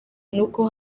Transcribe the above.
nuko